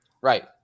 Right